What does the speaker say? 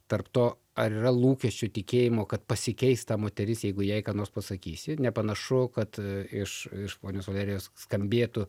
tarp to ar yra lūkesčių tikėjimo kad pasikeis ta moteris jeigu jai kam nors pasakysiu nepanašu kad iš iš ponios valerijos skambėtų